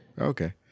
okay